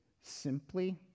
Simply